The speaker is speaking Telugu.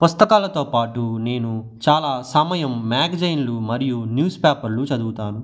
పుస్తకాలతో పాటు నేను చాలా సమయం మ్యాగజైన్లు మరియు న్యూస్ పేపర్లు చదువుతాను